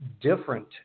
different